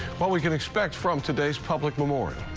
what we can expect from today's public memorial.